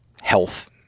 health